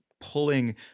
pulling